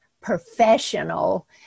professional